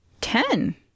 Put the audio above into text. Ten